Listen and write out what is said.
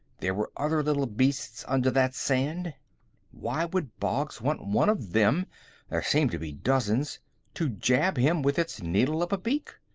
there were other little beasts under that sand why would boggs want one of them there seemed to be dozens to jab him with its needle of a beak?